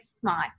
Smart